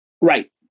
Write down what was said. right